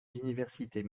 universités